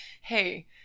hey